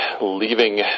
leaving